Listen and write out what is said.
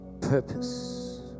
purpose